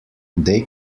they